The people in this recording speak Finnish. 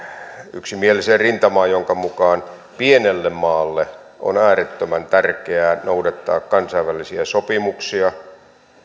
yksimieliseen rintamaan jonka mukaan pienelle maalle on äärettömän tärkeää noudattaa kansainvälisiä sopimuksia